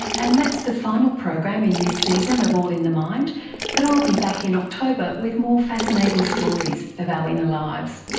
and that's the final program in this season of all in the mind but i'll be back in october with more fascinating stories of our inner lives.